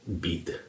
beat